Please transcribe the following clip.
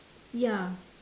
ya